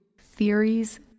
theories